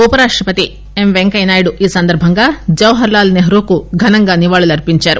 ఉపరాష్టపతి వెంకయ్యనాయుడు ఈ సందర్బంగా జవహర్ లాల్ నెహ్రూకు ఘనంగా నివాళులర్పించారు